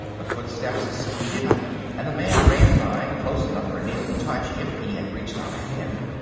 the footsteps speeded up and the man ran by, close enough for neel to touch if he had reached out a hand.